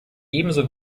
ebenso